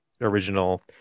original